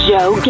Joe